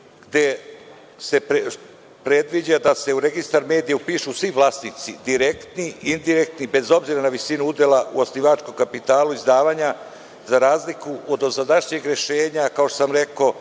gde se predviđa da se u registar medija upišu svi vlasnici direktni, indirektni, bez obzira na visinu udela u osnivačkom kapitalu izdavanja, za razliku od dosadašnjeg rešenja kao što sam rekao